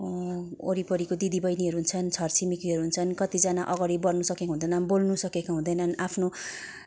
वरिपरिको दिदी बहिनीहरू हुन्छन् छरछिमेकीहरू हुन्छन् कतिजना अगाडि बढ्न सकेको हुँदैन बोल्न सकेको हुँदैनन् आफ्नो